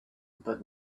but